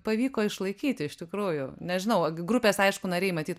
pavyko išlaikyti iš tikrųjų nežinau a grupės aišku nariai matyt